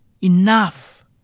enough